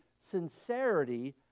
sincerity